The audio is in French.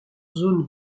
zone